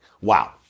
Wow